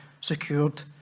secured